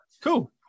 Cool